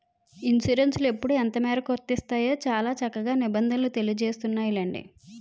ఇన్సురెన్సులు ఎప్పుడు ఎంతమేరకు వర్తిస్తాయో చాలా చక్కగా నిబంధనలు తెలియజేస్తున్నాయిలెండి